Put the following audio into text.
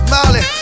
Molly